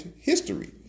history